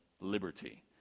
liberty